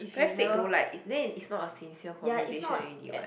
very freak loh like is they is not a sincere conversation already what